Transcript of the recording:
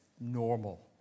normal